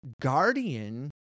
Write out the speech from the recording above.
guardian